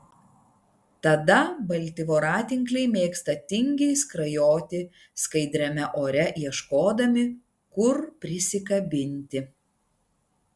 tada balti voratinkliai mėgsta tingiai skrajoti skaidriame ore ieškodami kur prisikabinti